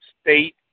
state